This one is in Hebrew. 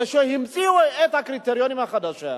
כשהמציאו את הקריטריונים החדשים,